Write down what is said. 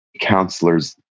counselors